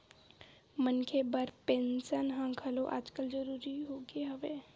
मनखे बर पेंसन ह घलो आजकल जरुरी होगे हवय